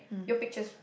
your pictures